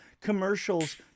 commercials